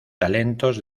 talentos